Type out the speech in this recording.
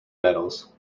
medals